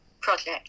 project